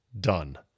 done